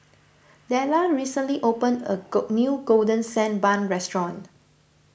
Dellar recently opened a new Golden Sand Bun restaurant